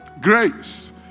Grace